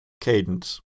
Cadence